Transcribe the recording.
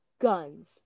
guns